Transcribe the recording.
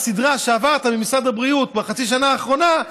סדרה שעברת במשרד הבריאות בחצי השנה האחרונה,